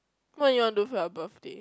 what you want do for your birthday